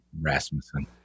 Rasmussen